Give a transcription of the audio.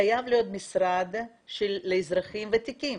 חייב להיות משרד לאזרחים ותיקים.